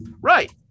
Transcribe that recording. Right